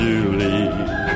Julie